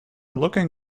looking